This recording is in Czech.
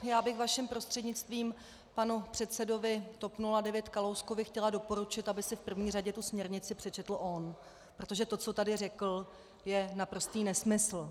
Já bych vaším prostřednictvím panu předsedovi TOP 09 Kalouskovi chtěla doporučit, aby si v první řadě tu směrnici přečetl on, protože to, co tady řekl, je naprostý nesmysl.